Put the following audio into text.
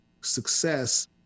success